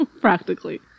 Practically